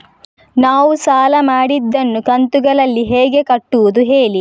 ನಾವು ಸಾಲ ಮಾಡಿದನ್ನು ಕಂತುಗಳಲ್ಲಿ ಹೇಗೆ ಕಟ್ಟುದು ಹೇಳಿ